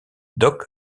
doc